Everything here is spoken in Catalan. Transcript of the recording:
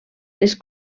les